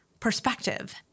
perspective